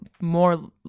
more